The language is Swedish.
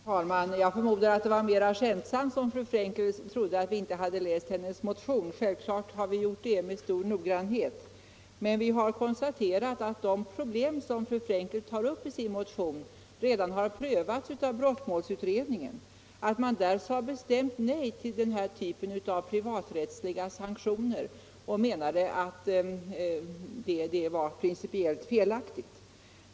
Herr talman! Jag förmodar att det var mer skämtsamt som fru Frenkel sade att hon trodde att vi inte hade läst hennes motion. Självfallet har vi gjort det, med stor noggrannhet. Vi har emellertid konstaterat att de problem som fru Frenkel tar upp i sin motion redan har prövats av brottsmålsutredningen och att man där sade bestämt nej till den här typen av privaträttsliga sanktioner och menade att de var principiellt felaktiga.